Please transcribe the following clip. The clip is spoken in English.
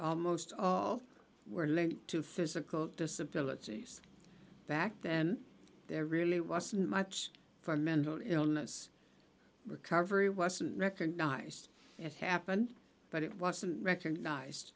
almost all were linked to physical disabilities back then there really wasn't much for mental illness recovery wasn't recognized it happened but it wasn't recognize